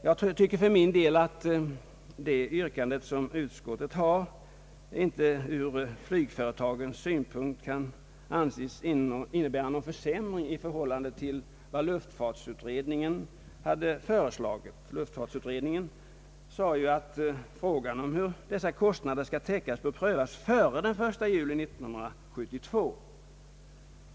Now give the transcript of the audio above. Jag tycker för min del att det yrkande, som utskottet ställer, ur flygföretagens synpunkt inte kan anses innebära någon försämring i förhållande till vad luftfartsutredningen hade föreslagit. Luftfartsutredningen sade ju, att frågan om hur dessa kostnader skall täckas bör prövas före den 1 juli 1972.